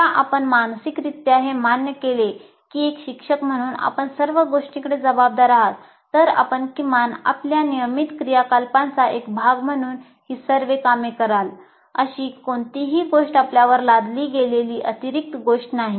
एकदा आपण मानसिकरित्या हे मान्य केले की एक शिक्षक म्हणून आपण सर्व गोष्टींकडे जबाबदार आहात तर आपण किमान आपल्या नियमित क्रियाकलापांचा एक भाग म्हणून ही सर्व कामे कराल अशी कोणतीही गोष्ट आपल्यावर लादली गेलेली अतिरिक्त गोष्ट नाही